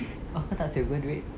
aku tak save [pe] duit